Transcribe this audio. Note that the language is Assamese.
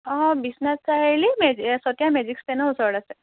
অঁ বিশ্বনাথ চাৰিআলি মেজি চতিয়া মেজিক ষ্টেণ্ডৰ ওচৰত আছে